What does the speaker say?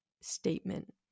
statement